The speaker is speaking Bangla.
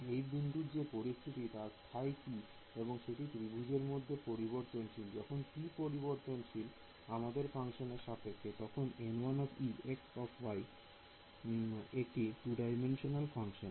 এই বিন্দুর যে পরিস্থিতি তা স্থায়ী P এবং সেটি ত্রিভুজের মধ্যে পরিবর্তনশীল যখন P পরিবর্তনশীল আমাদের ফাংশানের সাপেক্ষে তখন একটি 2D ফাংশন